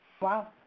Wow